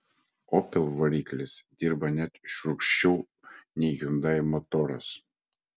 opel variklis dirba net šiurkščiau nei hyundai motoras